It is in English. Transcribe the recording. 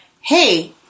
hey